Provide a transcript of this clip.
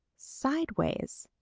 sideways,